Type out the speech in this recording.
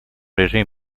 режиме